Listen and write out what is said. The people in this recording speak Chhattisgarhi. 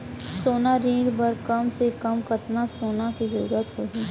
सोना ऋण बर कम से कम कतना सोना के जरूरत होही??